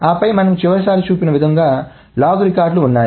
ఆపై మనము చివరిసారి చూపిన విధంగా లాగ్ రికార్డులు ఉన్నాయి